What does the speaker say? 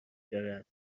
دارد